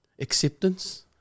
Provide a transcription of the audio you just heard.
Acceptance